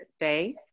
today